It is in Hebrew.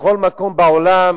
בכל מקום בעולם